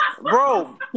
Bro